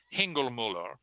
Hingelmuller